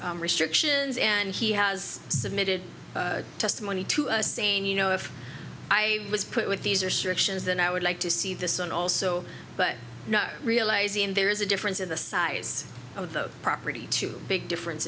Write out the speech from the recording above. these restrictions and he has submitted testimony to us saying you know if i was put with these are sure actions then i would like to see this and also but not realizing there is a difference in the size of the property too big difference